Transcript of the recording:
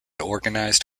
organised